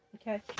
Okay